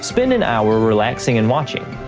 spend an hour relaxing and watching.